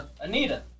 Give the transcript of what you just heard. Anita